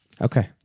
okay